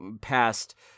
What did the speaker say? past